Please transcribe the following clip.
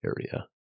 area